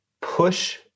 push